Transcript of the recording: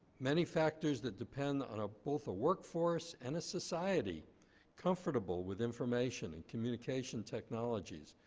many factors that depend on ah both a workforce and a society comfortable with information and communication technologies,